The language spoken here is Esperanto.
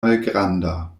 malgranda